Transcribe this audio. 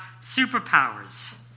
superpowers